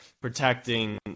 protecting